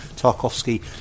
Tarkovsky